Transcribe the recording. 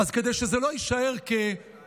אז כדי שזה לא יישאר כמספר,